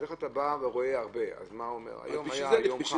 אתה בא ורואה הרבה, אז הוא אומר שהיום היה יום חם.